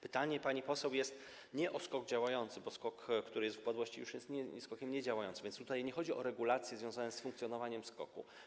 Pytanie pani poseł nie dotyczy SKOK-u działającego, bo SKOK, który jest w upadłości, już jest SKOK-iem niedziałającym, więc tutaj nie chodzi o regulacje związane z funkcjonowaniem SKOK-u.